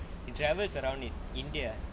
he travels around in india